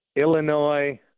Illinois